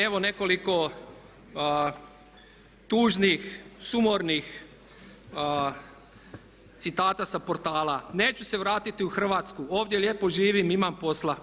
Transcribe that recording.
Evo nekoliko tužnih, sumornih citata sa portala "Neću se vratiti u Hrvatsku, ovdje lijepo živim, imam posla.